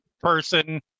person